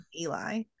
Eli